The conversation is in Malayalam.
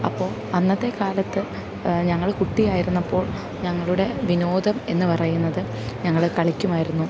അപ്പോൾ അന്നത്തെ കാലത്ത് ഞങ്ങൾ കുട്ടിയായിരുന്നപ്പോൾ ഞങ്ങളുടെ വിനോദം എന്നു പറയുന്നത് ഞങ്ങൾ കളിക്കുമായിരുന്നു